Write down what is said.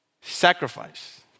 Sacrifice